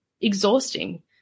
exhausting